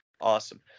Awesome